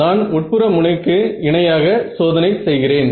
நான் உட்புற முனைக்கு இணையாக சோதனை செய்கிறேன்